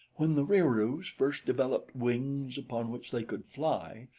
when the wieroos first developed wings upon which they could fly,